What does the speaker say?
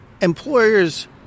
employers